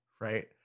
right